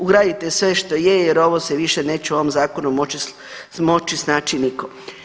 Ugradite sve što je, jer ovo se više neće u ovom zakonu moći snaći nitko.